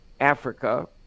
Africa